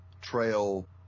trail